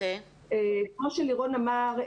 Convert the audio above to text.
כמו שלירון אמר,